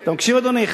אתה מקשיב, אדוני?